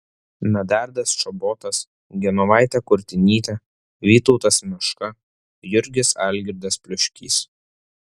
medardas čobotas genovaitė kurtinytė vytautas meška jurgis algirdas pliuškys